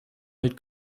halt